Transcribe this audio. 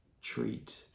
treat